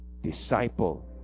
disciple